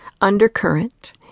undercurrent